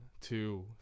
two